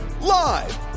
Live